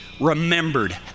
remembered